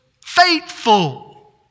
faithful